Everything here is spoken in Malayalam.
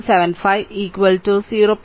75 0